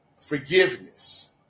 forgiveness